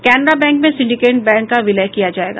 Canara Bank में Syndicate Bank का विलय किया जायेगा